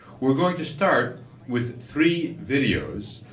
we're going to start with three videos,